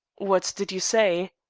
what did you say?